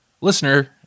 listener